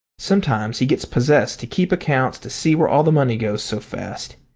sometimes he gets possessed to keep accounts to see where all the money goes so fast.